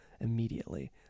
immediately